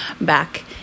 Back